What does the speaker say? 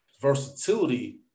versatility